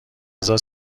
غذا